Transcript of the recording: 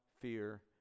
fear